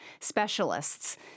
specialists